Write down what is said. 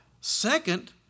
Second